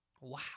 Wow